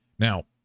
Now